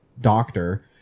doctor